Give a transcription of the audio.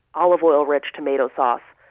olive oil-rich, tomato sauce.